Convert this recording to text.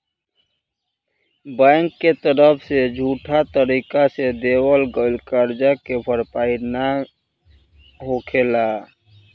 bank के तरफ से झूठा तरीका से देवल गईल करजा के भरपाई ना होखेला